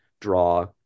draw